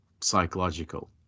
psychological